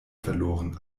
verloren